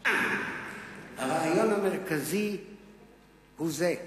הרעיון המרכזי הוא זה: